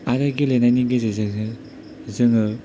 आरो गेलेनायनि गेजेरजों जों जोङो